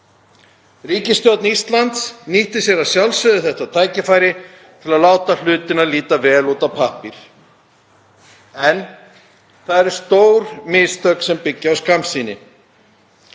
Ríkisstjórn Íslands nýtti sér að sjálfsögðu þetta tækifæri til að láta hlutina líta vel út á pappír, en það eru stór mistök sem byggja á skammsýni.